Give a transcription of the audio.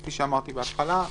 כמו שאמרתי בהתחלה,